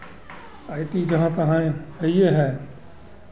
आई T जहाँ तहाँ हइए है